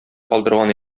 калдырган